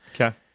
Okay